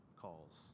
calls